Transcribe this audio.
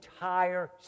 entire